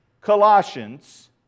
Colossians